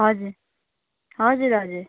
हजुर हजुर हजुर